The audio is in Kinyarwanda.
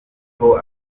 aho